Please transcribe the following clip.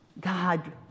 God